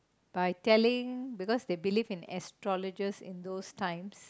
by telling because they believed astrologer in those times